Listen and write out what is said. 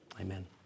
Amen